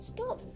Stop